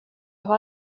har